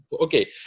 okay